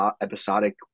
episodic